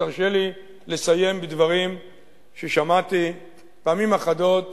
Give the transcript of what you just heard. תרשה לי לסיים בדברים ששמעתי פעמים אחדות